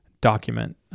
document